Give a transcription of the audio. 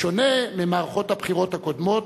בשונה ממערכות הבחירות הקודמות,